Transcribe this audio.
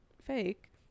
fake